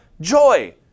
joy